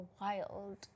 wild